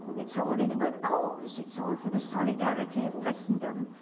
it's all in a good cause, it's all for the solidarity of christendom,